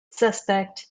suspect